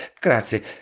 grazie